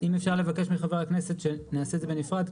אם אפשר לבקש מחבר הכנסת שנעשה את זה בנפרד,